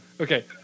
Okay